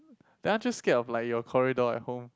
then aren't you scared of like your corridor at home